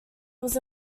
was